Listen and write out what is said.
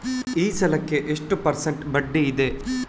ಈ ಸಾಲಕ್ಕೆ ಎಷ್ಟು ಪರ್ಸೆಂಟ್ ಬಡ್ಡಿ ಇದೆ?